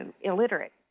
illiterate